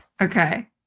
Okay